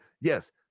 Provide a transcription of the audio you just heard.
Yes